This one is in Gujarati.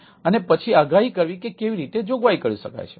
અને પછી આગાહી કરવી કે કેવી રીતે જોગવાઈ કરી શકાય છે